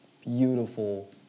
beautiful